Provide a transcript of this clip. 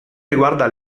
riguarda